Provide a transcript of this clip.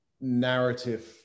narrative